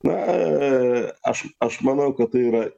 na aš aš manau kad tai yra